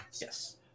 Yes